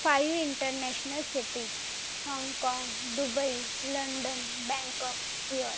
five international cities Hong Kong Dubai London Bangkok Seoul